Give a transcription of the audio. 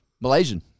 Malaysian